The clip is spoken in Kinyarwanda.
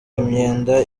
imyenda